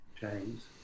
james